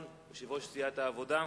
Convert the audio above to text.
דניאל בן-סימון, יושב-ראש סיעת העבודה.